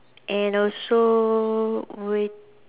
and also wait